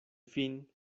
fin